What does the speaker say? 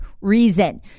reason